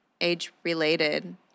age-related